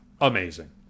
amazing